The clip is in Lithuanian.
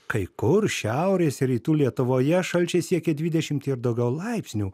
kai kur šiaurės rytų lietuvoje šalčiai siekė dvidešimtį ir daugiau laipsnių